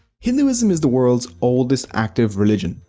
hinduism is the world's oldest active religion.